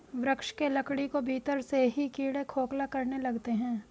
वृक्ष के लकड़ी को भीतर से ही कीड़े खोखला करने लगते हैं